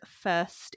first